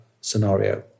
scenario